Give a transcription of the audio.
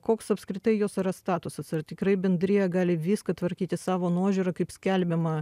koks apskritai jos yra statusas ar tikrai bendrija gali viską tvarkyti savo nuožiūra kaip skelbiama